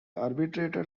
arbitrator